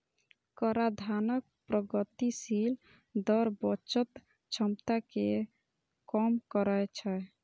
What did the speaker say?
कराधानक प्रगतिशील दर बचत क्षमता कें कम करै छै